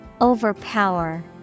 Overpower